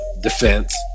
defense